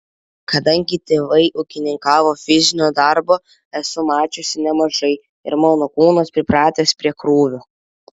kadangi tėvai ūkininkavo fizinio darbo esu mačiusi nemažai ir mano kūnas pripratęs prie krūvio